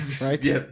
right